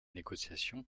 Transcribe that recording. négociations